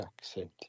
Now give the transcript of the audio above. accent